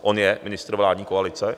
On je ministr vládní koalice.